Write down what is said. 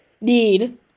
need